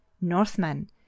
Northmen